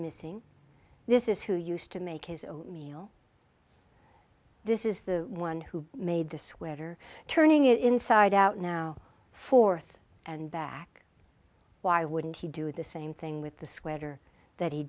missing this is who used to make his own meal this is the one who made the sweater turning it inside out now forth and back why wouldn't he do the same thing with the sweater that he